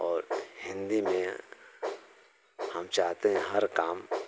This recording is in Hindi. और हिन्दी में हम चाहते हैं हर काम